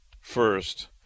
first